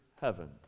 heaven